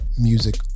Music